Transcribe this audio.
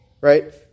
right